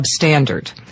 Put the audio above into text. substandard